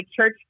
church